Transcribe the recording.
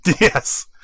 yes